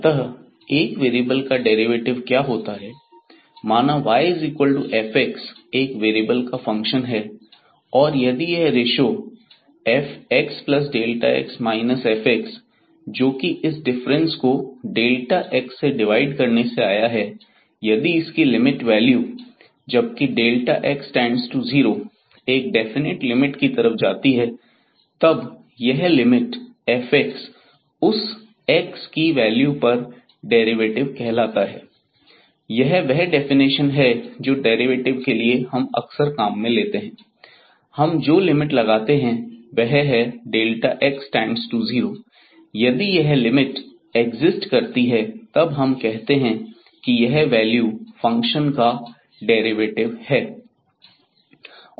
अतः एक वेरिएबल का डेरिवेटिव क्या होता है माना yf एक वेरिएबल का फंक्शन है और यदि यह रेश्यो fxx fx जोकि इस डिफरेंस को x से डिवाइड करने से आया है यदि इसकी लिमिट वैल्यू जबकि x→0 एक डेफिनेट लिमिट की तरफ जाती है तब यह लिमिट fx का उस x की वैल्यू पर डेरिवेटिव कहलाता है यह वह डेफिनेशन है जो डेरिवेटिव के लिए हम अक्सर काम में लेते हैं हम जो लिमिट लगाते हैं वह है x→0 यदि यह लिमिट एक्सिस्ट करती है तब हम कहते हैं कि यह वैल्यू फंक्शन का डेरिवेटिव है